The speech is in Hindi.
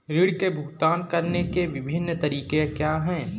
ऋृण के भुगतान करने के विभिन्न तरीके क्या हैं?